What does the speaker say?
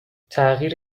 تغییر